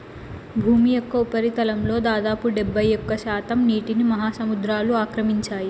భూమి యొక్క ఉపరితలంలో దాదాపు డెబ్బైఒక్క శాతం నీటిని మహాసముద్రాలు ఆక్రమించాయి